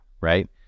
right